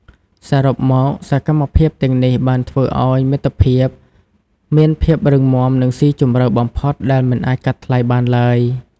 សរុបមក សកម្មភាពទាំងនេះបានធ្វើឱ្យមិត្តភាពមានភាពរឹងមាំនិងស៊ីជម្រៅបំផុតដែលមិនអាចកាត់ថ្លៃបានឡើយ។